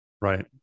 Right